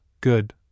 good